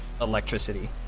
electricity